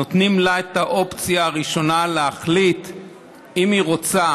נותנים לה את האופציה הראשונה להחליט אם היא רוצה